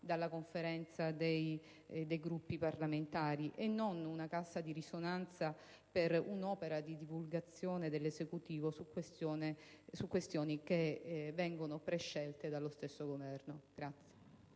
dei Presidenti dei Gruppi parlamentari e non sia una cassa di risonanza per un'opera di divulgazione dell'Esecutivo su questioni che vengono prescelte dallo stesso Governo. **Saluto